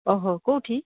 ଓହୋ କୋଉଠି